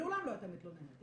ולעולם לא הייתה מתלוננת.